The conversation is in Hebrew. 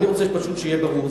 אני רוצה פשוט שיהיה ברור.